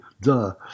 Duh